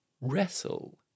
wrestle